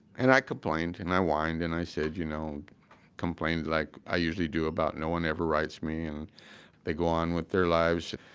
and i complained and i whined and i you know complained like i usually do about, no one ever writes me and they go on with their lives.